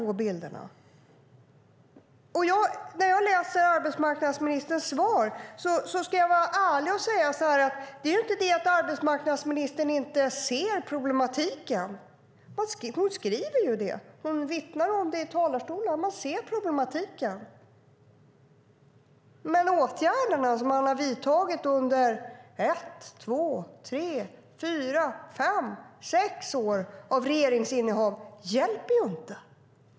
Faktum är att arbetsmarknadsministern ser problematiken. Hon skriver om det i svaret och vittnar om det i talarstolen. Men de åtgärder som har vidtagits under ett, två, tre, fyra, fem, sex år av regeringsinnehav hjälper inte.